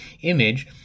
image